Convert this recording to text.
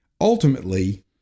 Ultimately